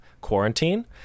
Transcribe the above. quarantine